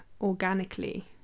organically